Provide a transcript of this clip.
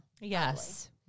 Yes